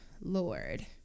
Lord